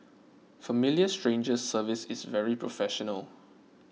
Familiar Strangers service is very professional